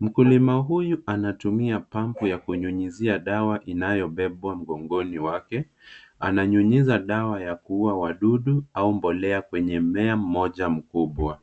Mkulima huyu anatumia pampu ya kunyunyuzia dawa inayobebwa mgongoni wake. Ananyunyiza dawa ya kuua wadudu au mbolea kwenye mmea mmoja mkubwa.